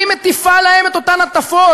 היא מטיפה להם את אותן הטפות,